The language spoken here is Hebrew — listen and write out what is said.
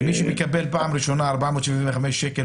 מי שמקבל בפעם הראשונה 475 שקלים,